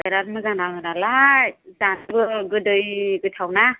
बिरात मोजां नाङो नालाय जानोबो गोदै गोथाव ना